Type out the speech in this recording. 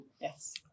Yes